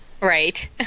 Right